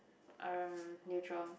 um neutral